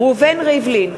ראובן ריבלין,